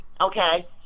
Okay